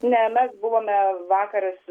ne mes buvome vakar